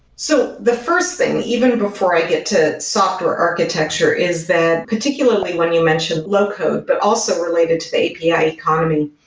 so the first thing, even before i get to software architecture, is that particularly when you mentioned low-code, but also related to the api economy.